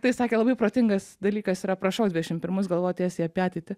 tai sakė labai protingas dalykas yra prašokt dvidešim pirmus galvot tiesiai apie ateitį